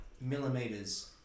millimeters